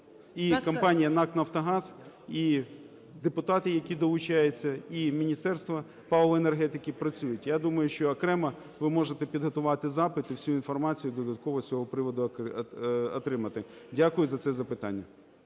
і компанія НАК "Нафтогаз," і депутати, які долучаються, і Міністерство палива і енергетики працюють. Я думаю, що окремо ви можете підготувати запит і всю інформацію додатково з цього приводу отримати. Дякую за це запитання.